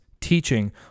teaching